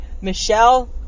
Michelle